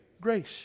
Grace